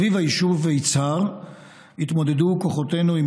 סביב היישוב יצהר התמודדו כוחותינו עם